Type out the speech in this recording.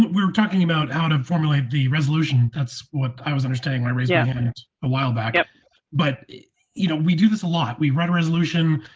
we were talking about how to formulate the that's what i was understanding my race yeah a while back, and but you know we do this a lot. we read a resolution,